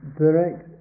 direct